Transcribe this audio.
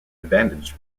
advantage